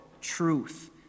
truth